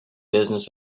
business